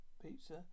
pizza